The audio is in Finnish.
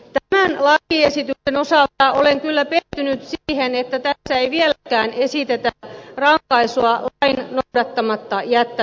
tämän lakiesityksen osalta olen kyllä pettynyt siihen että tässä ei vieläkään esitetä rankaisua lain noudattamatta jättämisestä